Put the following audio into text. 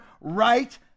right